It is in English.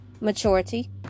maturity